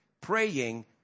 praying